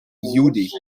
judith